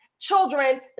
children